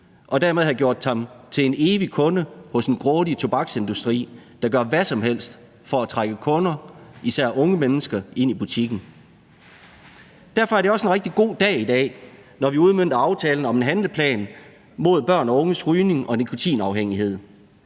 i stedet for at han nu er evig kunde hos en grådig tobaksindustri, der gør hvad som helst for at trække kunder, især unge mennesker, ind i butikken. Derfor er det også en rigtig god dag i dag, når vi udmønter aftalen om en handleplan mod børn og unges rygning og nikotinafhængighed.